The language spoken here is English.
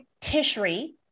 Tishri